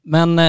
Men